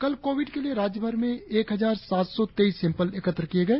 कल कोविड जांच के लिए राज्यभर में एक हजार सात सौ तेईस सैंपल एकत्र किए गए